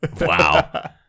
Wow